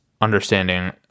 understanding